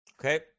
Okay